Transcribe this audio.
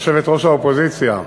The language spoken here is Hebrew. יושבת-ראש האופוזיציה,